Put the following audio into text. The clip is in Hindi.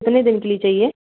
कितने दिन के लिए चहिए